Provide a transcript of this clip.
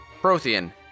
Prothean